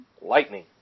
lightning